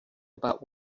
about